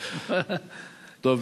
טוב.